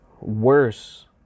worse